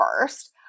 first